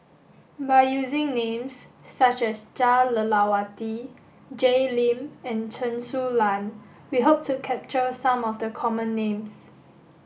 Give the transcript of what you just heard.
by using names such as Jah Lelawati Jay Lim and Chen Su Lan we hope to capture some of the common names